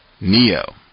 Neo